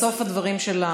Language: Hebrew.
בסוף הדברים,